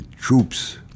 troops